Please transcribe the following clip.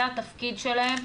זה התפקיד שלהם,